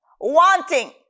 wanting